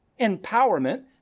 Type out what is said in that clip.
empowerment